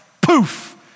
poof